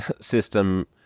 system